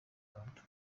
rwanda